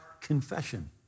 confession